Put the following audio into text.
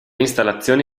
installazioni